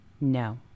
no